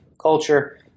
culture